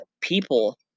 people